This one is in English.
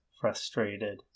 frustrated